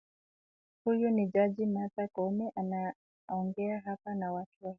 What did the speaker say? Huyu ni Jaji, Martha Koome anaongea hapa na watu.